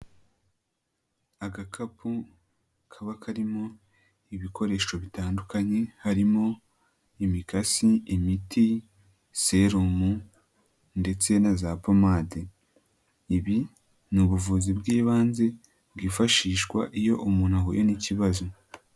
Agakapu kaba karimo ibikoresho bitandukanye, harimo imikasi, imiti, serumu ndetse na za pomade, ibi ni ubuvuzi bw'ibanze bwifashishwa iyo umuntu ahuye n'ikibazo.